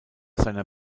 seiner